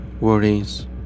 worries